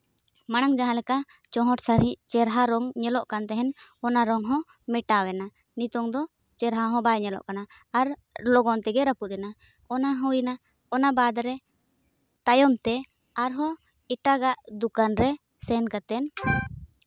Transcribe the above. ᱢᱟᱲᱟᱝ ᱡᱟᱦᱟᱸ ᱞᱮᱠᱟ ᱪᱚᱦᱚᱴ ᱥᱟᱺᱦᱤᱡ ᱪᱮᱨᱦᱟ ᱨᱚᱝ ᱧᱮᱞᱚᱜ ᱠᱟᱱ ᱛᱟᱦᱮᱱ ᱚᱱᱟ ᱨᱚᱝ ᱦᱚᱸ ᱢᱮᱴᱟᱣᱮᱱᱟ ᱱᱤᱛᱚᱝ ᱫᱚ ᱪᱮᱦᱨᱟ ᱦᱚᱸ ᱵᱟᱭ ᱧᱮᱞᱚᱜ ᱠᱟᱱᱟ ᱟᱨ ᱞᱚᱜᱚᱱ ᱛᱮᱜᱮ ᱨᱟᱹᱯᱩᱫ ᱮᱱᱟ ᱚᱱᱟ ᱦᱩᱭ ᱮᱱᱟ ᱚᱱᱟ ᱵᱟᱫᱽ ᱨᱮ ᱛᱟᱭᱚᱢ ᱛᱮ ᱟᱨᱦᱚᱸ ᱮᱴᱟᱜᱟᱜ ᱫᱚᱠᱟᱱ ᱨᱮ ᱥᱮᱱ ᱠᱟᱛᱮᱫ